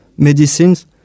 medicines